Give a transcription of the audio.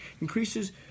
increases